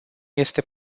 este